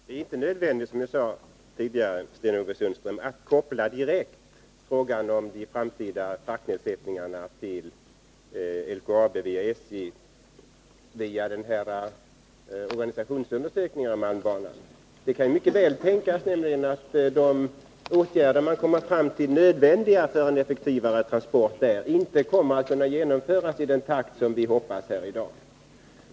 Herr talman! Det är inte nödvändigt, som jag sade tidigare, Sten-Ove Sundström, att direkt koppla frågan om SJ:s framtida fraktkostnadsnedsättningar för LKAB till organisationsundersökningen av malmbanan. Det kan nämligen mycket väl tänkas att de åtgärder man anser vara nödvändiga för en effektivare transport inte kommer att kunna genomföras i den takt som vi hoppas här i dag.